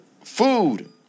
Food